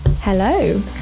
Hello